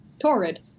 Torrid